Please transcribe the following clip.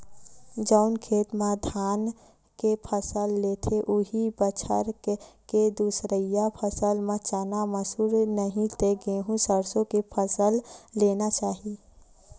जउन खेत म धान के फसल लेथे, उहीं बछर के दूसरइया फसल म चना, मसूर, नहि ते गहूँ, सरसो के फसल लेना चाही